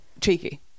cheeky